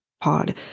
pod